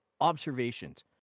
observations